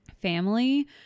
family